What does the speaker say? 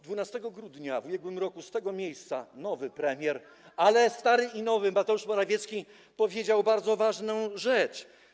12 grudnia w ubiegłym roku z tego miejsca nowy premier, stary i nowy, Mateusz Morawiecki powiedział bardzo ważną rzecz.